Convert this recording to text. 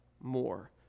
more